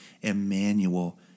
Emmanuel